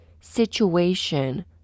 situation